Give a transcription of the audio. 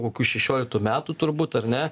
kokių šešioliktų metų turbūt ar ne